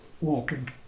walking